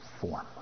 form